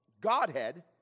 Godhead